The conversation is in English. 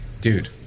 dude